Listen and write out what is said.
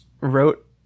wrote